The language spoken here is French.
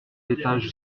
l’étage